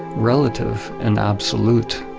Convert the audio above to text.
relative and absolute.